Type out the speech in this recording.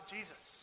Jesus